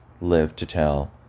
live-to-tell